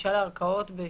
הגישה לערכאות ב-60,